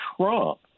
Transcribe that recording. Trump